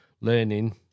learning